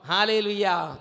Hallelujah